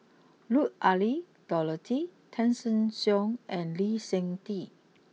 Lut Ali Dorothy Tessensohn and Lee Seng Tee